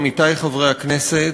עמיתי חברי הכנסת,